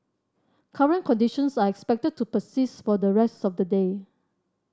current conditions are expected to persist for the rest of the day